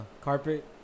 carpet